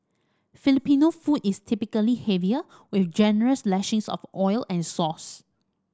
Filipino food is typically heavier with generous lashings of oil and sauce